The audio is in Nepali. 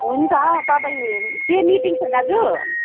हुन्छ तपाईँ के मिटिङ छ दाजु